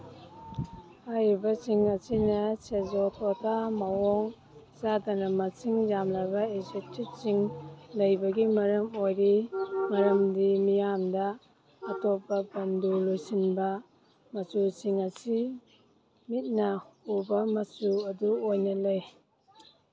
ꯍꯥꯏꯔꯤꯕꯁꯤꯡ ꯑꯁꯤꯅ ꯁꯦꯖꯣꯊꯣꯗꯥ ꯃꯑꯣꯡ ꯆꯥꯗꯅ ꯃꯁꯤꯡ ꯌꯥꯝꯂꯕ ꯑꯦꯗꯖꯦꯛꯇꯤꯞꯁꯤꯡ ꯂꯩꯕꯒꯤ ꯃꯔꯝ ꯑꯣꯏꯔꯤ ꯃꯔꯝꯗꯤ ꯃꯤꯌꯥꯝꯗ ꯑꯇꯣꯞꯄ ꯕꯟꯇꯨ ꯂꯣꯜꯁꯤꯡꯗ ꯃꯆꯨꯁꯤꯡ ꯑꯁꯤ ꯃꯤꯠꯅ ꯎꯕ ꯃꯆꯨ ꯑꯗꯨ ꯑꯣꯏꯅ ꯂꯩ